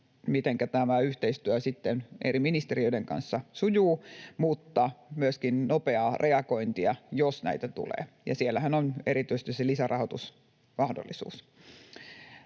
mitenkä tämä yhteistyö eri ministeriöiden kanssa sujuu. Tarvitaan myöskin nopeaa reagointia, jos näitä tilanteita tulee, ja siellähän on erityisesti se lisärahoitusmahdollisuus.